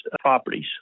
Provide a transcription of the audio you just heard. properties